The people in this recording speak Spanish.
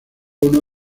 uno